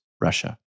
Russia